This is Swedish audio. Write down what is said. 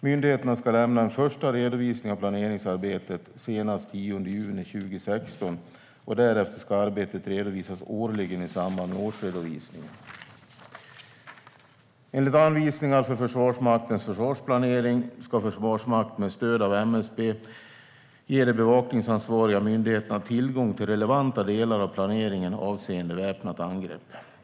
Myndigheterna ska lämna en första redovisning av planeringsarbetet senast den 10 juni 2016, och därefter ska arbetet redovisas årligen i samband med årsredovisningen. Enligt anvisningar för Försvarsmaktens försvarsplanering ska Försvarsmakten med stöd av MSB ge de bevakningsansvariga myndigheterna tillgång till relevanta delar av planeringen avseende väpnat angrepp.